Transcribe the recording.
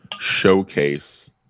showcase